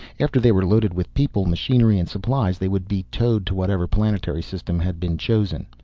after they were loaded with people, machinery and supplies, they would be towed to whatever planetary system had been chosen.